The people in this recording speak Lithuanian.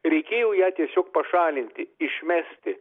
reikėjo ją tiesiog pašalinti išmesti